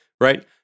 right